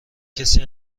کسی